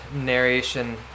narration